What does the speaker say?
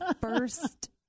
first